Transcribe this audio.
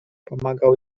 pomagał